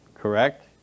correct